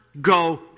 go